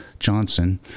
johnson